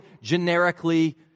generically